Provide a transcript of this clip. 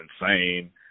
insane